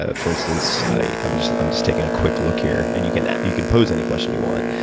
ah for instance, i'm just i'm just taking a quick look here. and you can you can pose any question you want.